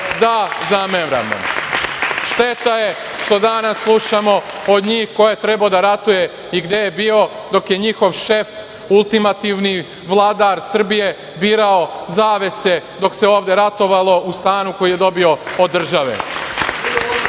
Da, zameramo. Šteta je što danas slušamo od njih ko je trebao da ratuje i gde je bio dok je njihov šef, ultimativni vladar Srbije, birao zavese, dok se ovde ratovalo, u stanu koji je dobio od države. Mnogo